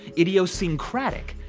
idiosyncratic.